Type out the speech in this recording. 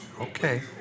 Okay